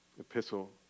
epistle